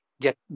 get